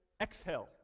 exhale